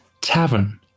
tavern